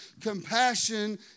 Compassion